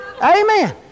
Amen